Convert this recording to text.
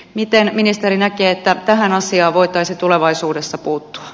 miten ministeri näkee että tähän asiaan voitaisiin tulevaisuudessa puuttua